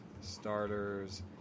starters